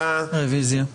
רביזיה.